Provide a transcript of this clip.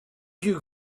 you